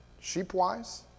Sheep-wise